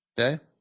Okay